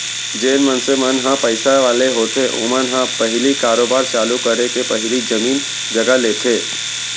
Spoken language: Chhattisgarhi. जेन मनसे मन ह पइसा वाले होथे ओमन ह पहिली कारोबार चालू करे के पहिली जमीन जघा लेथे